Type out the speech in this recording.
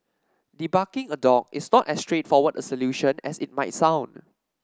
debarking a dog is not as straightforward a solution as it might sound